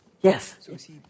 Yes